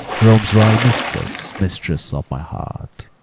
rome's royal mistress, mistress of my heart,